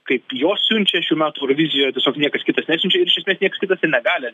kaip jos siunčia šių metų eurovizijoj tiesiog niekas kitas nesiunčia ir iš esmės nieks kitas ir negali